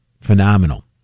phenomenal